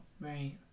Right